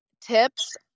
tips